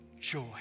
joy